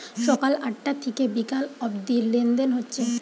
সকাল আটটা থিকে বিকাল অব্দি লেনদেন হচ্ছে